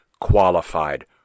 qualified